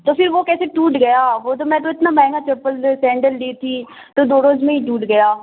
تو پھر وہ کیسے ٹوٹ گیا وہ تو میں تو اتنا مہنگا چپل سینڈل لی تھی تو دو روز میں ہی ٹوٹ گیا